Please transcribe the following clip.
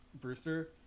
Brewster